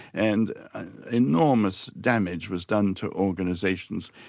and enormous damage was done to organisations,